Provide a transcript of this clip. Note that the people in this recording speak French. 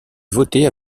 voter